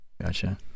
Gotcha